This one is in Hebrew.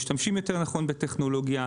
משתמשים יותר נכון בטכנולוגיה,